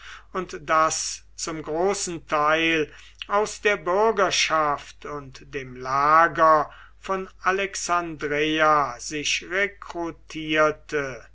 und das zum großen teil aus der bürgerschaft und dem lager von alexandreia sich rekrutierte